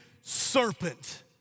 serpent